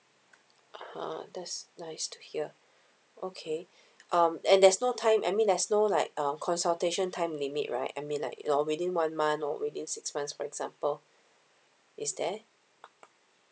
uh that's nice to hear okay um and there's no time I mean there's no like um consultation time limit right I mean like within one month or within six months for example is there